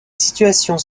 situations